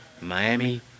Miami